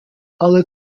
alle